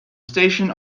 station